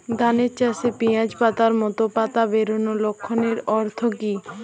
ধানের গাছে পিয়াজ পাতার মতো পাতা বেরোনোর লক্ষণের অর্থ কী?